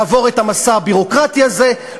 לעבור את המסע הביורוקרטי הזה,